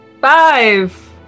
five